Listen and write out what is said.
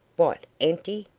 what, empty?